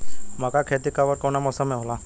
मका के खेती कब ओर कवना मौसम में होला?